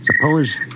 suppose